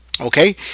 Okay